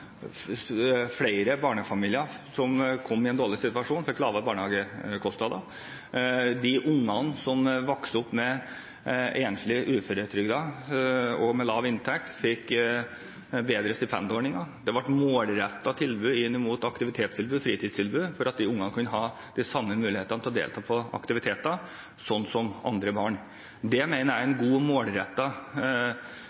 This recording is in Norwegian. flere barnefamilier som kom i en dårlig situasjon, fikk lavere barnehagekostnader. De barna som vokser opp med enslige uføretrygdede med lav inntekt, fikk bedre stipendordninger. Det ble målrettet tilbud, aktivitetstilbud og fritidstilbud, for at disse barna skulle ha samme muligheter til å delta på aktiviteter som andre barn. Det mener jeg er en god,